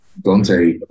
Dante